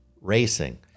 racing